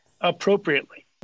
appropriately